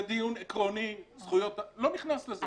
זה דיון עקרוני זכויות לא נכנס לזה.